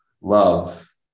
love